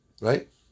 Right